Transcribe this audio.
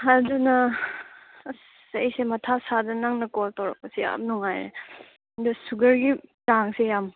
ꯑꯗꯨꯅ ꯑꯁ ꯑꯩꯁꯦ ꯃꯊꯥ ꯁꯥꯗꯅ ꯅꯪꯅ ꯀꯣꯜ ꯇꯧꯔꯛꯄꯁꯦ ꯌꯥꯝ ꯅꯨꯡꯉꯥꯏꯔꯦ ꯑꯗꯨ ꯁꯨꯒꯔꯒꯤ ꯆꯥꯡꯁꯦ ꯌꯥꯝ